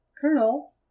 Colonel